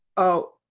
oh,